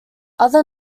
other